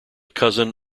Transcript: cousin